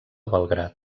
belgrad